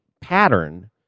pattern